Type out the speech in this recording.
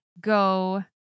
go